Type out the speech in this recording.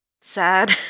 sad